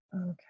Okay